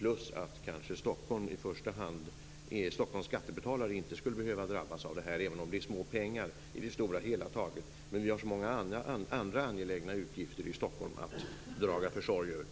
Dessutom skulle kanske inte Stockholms skattebetalare behöva drabbas av detta, även om det är små pengar i det stora hela. Men vi har så många andra angelägna utgifter i Stockholm att dra försorg om.